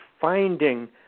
finding